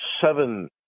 seven